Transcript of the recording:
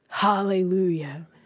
Hallelujah